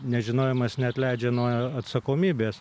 nežinojimas neatleidžia nuo atsakomybės